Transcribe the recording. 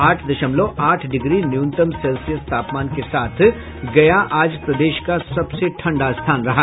आठ दशमलव आठ डिग्री न्यूनतम सेल्सियस तापमान के साथ गया आज प्रदेश का सबसे ठंडा स्थान रहा